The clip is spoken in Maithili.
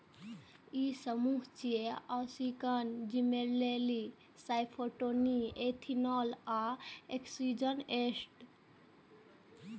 ई समूह छियै, ऑक्सिन, जिबरेलिन, साइटोकिनिन, एथिलीन आ एब्सिसिक एसिड